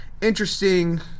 interesting